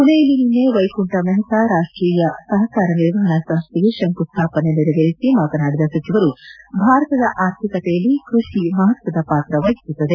ಪುಣೆಯಲ್ಲಿ ನಿನ್ನೆ ವ್ಲೆಕುಂಠ ಮೆಹ್ತಾ ರಾಷ್ಷೀಯ ಸಹಕಾರ ನಿರ್ವಹಣಾ ಸಂಸ್ಲೆಗೆ ಶಂಕು ಸ್ಲಾಪನೆ ನೆರವೇರಿಸಿ ಮಾತನಾಡಿದ ಸಚಿವರು ಭಾರತದ ಆರ್ಥಿಕತೆಯಲ್ಲಿ ಕೃಷಿ ಮಹತ್ವದ ಪಾತ್ರವಹಿಸುತ್ತದೆ